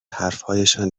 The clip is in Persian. حرفهایشان